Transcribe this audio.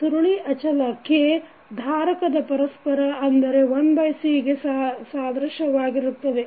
ಸುರುಳಿ ಅಚಲ K ಧಾರಕದ ಪರಸ್ಪರ ಅಂದರೆ 1C ಗೆ ಸಾದಶ್ಯವಾಗಿರುತ್ತದೆ